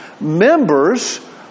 members